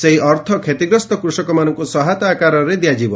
ସେହି ଅର୍ଥ କ୍ଷତିଗ୍ରସ୍ତ କୃଷକମାନଙ୍କୁ ସହାୟତା ଆକାରରେ ଦିଆଯିବ